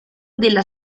della